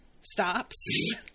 stops